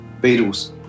Beatles